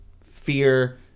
fear